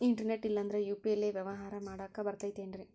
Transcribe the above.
Internet ಇಲ್ಲಂದ್ರ UPI ಲೇ ವ್ಯವಹಾರ ಮಾಡಾಕ ಬರತೈತೇನ್ರೇ?